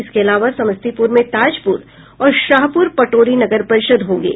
इसके अलावा समस्तीपुर में ताजपुर और शाहपुर पटोरी नगर परिषद होंगे